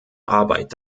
arbeit